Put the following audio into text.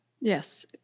Yes